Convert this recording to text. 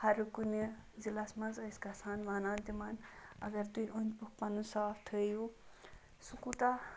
ہر کُنہ ضلعس مَنٛز ٲسۍ گَژھان ٲسۍ وَنان تِمَن اگر تُہۍ اوٚند پوٚکھ پَنُن صاف تھٲیِو سُہ کوٗتاہ